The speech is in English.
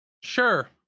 Sure